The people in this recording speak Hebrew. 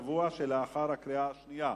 בשבוע שלאחר הקריאה השנייה,